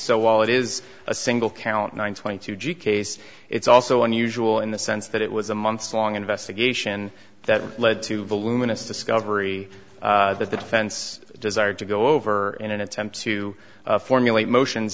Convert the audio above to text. while it is a single count one twenty two g case it's also unusual in the sense that it was a months long investigation that led to the luminous discovery that the defense desired to go over in an attempt to formulate motions